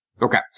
Okay